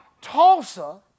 Tulsa